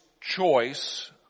choice